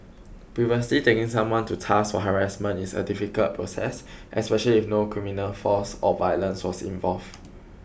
previously taking someone to task for harassment is a difficult process especially if no criminal force or violence was involved